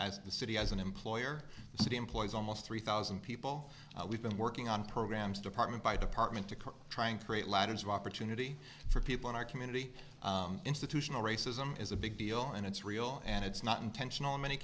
as the city as an employer city employs almost three thousand people we've been working on programs department by department to try and create ladders of opportunity for people in our community institutional racism is a big deal and it's real and it's not intentional in many